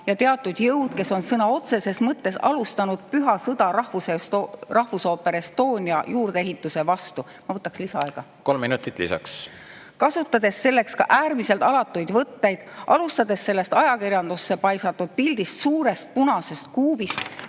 ja teatud jõud, kes on sõna otseses mõttes alustanud püha sõda Rahvusooper Estonia juurdeehituse vastu … Ma võtaks lisaaega. Kolm minutit lisaks. … kasutades selleks ka äärmiselt alatuid võtteid, alustades ajakirjandusse paisatud pildist, sellest suurest punasest kuubist,